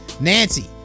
Nancy